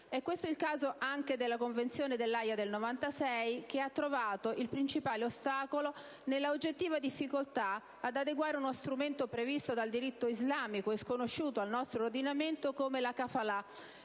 È questo il caso anche della Convenzione dell'Aja del 1996, che ha trovato il principale ostacolo nella oggettiva difficoltà ad adeguare uno strumento previsto dal diritto islamico e sconosciuto al nostro ordinamento come la *kafala*,